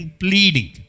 pleading